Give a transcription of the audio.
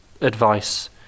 advice